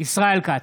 ישראל כץ,